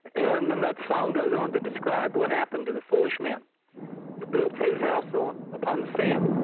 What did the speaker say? and then that song goes on to describe what happened to the foolish man who built his house so upon the sand,